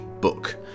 book